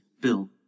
Bill